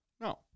No